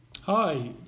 Hi